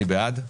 מי בעד?